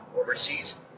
overseas